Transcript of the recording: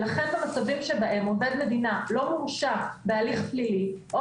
לכן במצבים שבהם עובד מדינה לא מורשע בהליך פלילי או